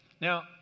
Now